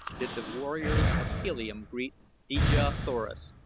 did the warriors of helium greet dejah thoris,